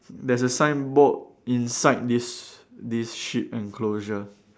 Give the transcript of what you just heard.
there's a signboard inside this this sheep enclosure